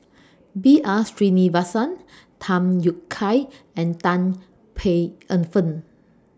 B R Sreenivasan Tham Yui Kai and Tan Paey Fern